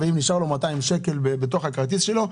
אם נשארים לו 200 שקלים בתוך הכרטיס שלו,